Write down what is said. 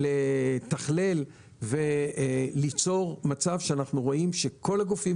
לתכלל וליצור מצב שאנחנו רואים שכל הגופים